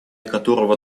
которого